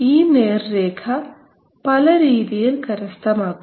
ഈ നേർരേഖ പല രീതിയിൽ കരസ്ഥമാക്കാം